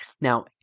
Now